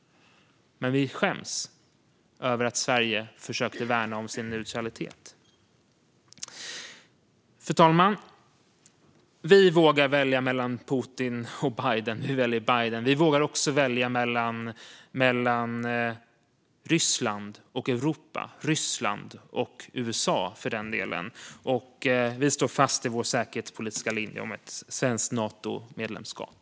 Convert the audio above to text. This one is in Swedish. Men vi skäms över att Sverige försöker värna sin neutralitet. Fru talman! Vi vågar välja mellan Putin och Biden; vi väljer Biden. Vi vågar också välja mellan Ryssland och Europa och mellan Ryssland och USA, för den delen. Vi står fast vid vår säkerhetspolitiska linje om ett svenskt Natomedlemskap.